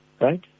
right